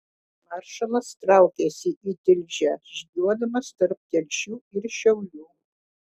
maršalas traukėsi į tilžę žygiuodamas tarp telšių ir šiaulių